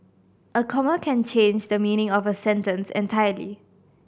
a comma can change the meaning of a sentence entirely